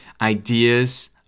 ideas